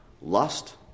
lust